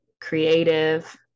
creative